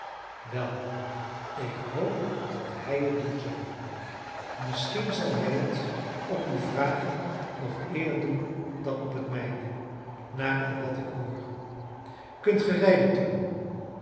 wel ik hoop dat hij het doen zal misschien zal hij het op uw vragen nog eer doen dan op het mijne naar al wat ik hoor kunt ge rijden tom